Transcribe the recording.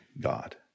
God